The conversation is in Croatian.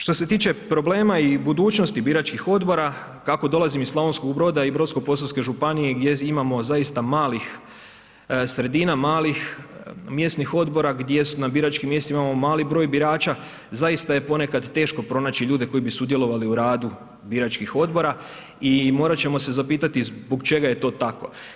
Što se tiče problema i budućnosti biračkih odbora kako dolazim iz Slavonskog broda i Brodsko-posavske županije gdje imamo zaista malih sredina, malih mjesnih odbora gdje na biračkim mjestima imamo mali broj birača zaista je ponekad teško pronaći ljude koji bi sudjelovali u radu biračkih odbora i morati ćemo se zapitati zbog čega je to tako.